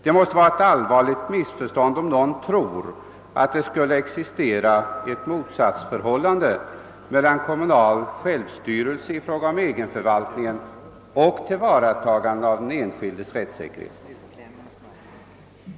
Det måste vara ett allvarligt missförstånd om någon tror att det skulle existera ett motsatsförhållande mellan kommunal självstyrelse i fråga om egenförvaltningen och tillvaratagandet av den enskildes rättssäkerhet.